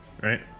right